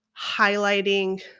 highlighting